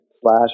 slash